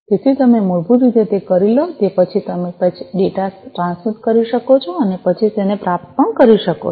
તેથી તમે મૂળભૂત રીતે તે કરી લો તે પછી તમે પછી ડેટા ટ્રાન્સમિટ કરી શકો છો અને પછી તેને પ્રાપ્ત પણ કરી શકો છો